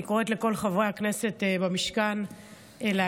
אני קוראת לכל חברי הכנסת במשכן להגיע.